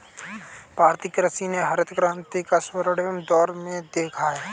भारतीय कृषि ने हरित क्रांति का स्वर्णिम दौर भी देखा